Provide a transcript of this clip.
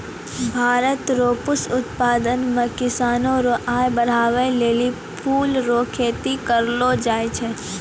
भारत रो पुष्प उत्पादन मे किसानो रो आय बड़हाबै लेली फूल रो खेती करलो जाय छै